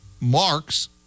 marks